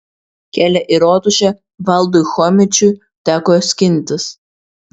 kelią į rotušę valdui chomičiui teko skintis